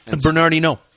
Bernardino